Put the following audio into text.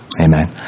amen